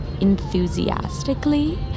enthusiastically